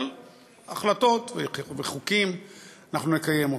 אבל החלטות וחוקים אנחנו נקיים.